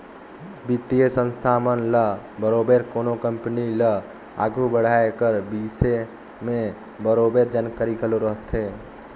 बित्तीय संस्था मन ल बरोबेर कोनो कंपनी ल आघु बढ़ाए कर बिसे में बरोबेर जानकारी घलो रहथे